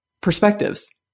perspectives